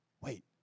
Wait